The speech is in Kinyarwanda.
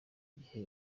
gihe